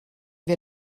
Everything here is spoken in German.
wir